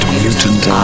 mutant